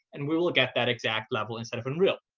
and we will get that exact level instead of unreal.